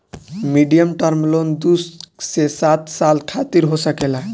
medium term loan दू से सात साल खातिर हो सकेला